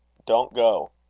don't go.